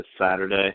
Saturday